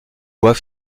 bois